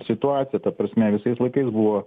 situacija ta prasme visais laikais buvo